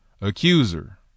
accuser